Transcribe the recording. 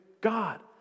God